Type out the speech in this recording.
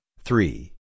three